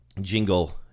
jingle